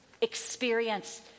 experience